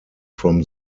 from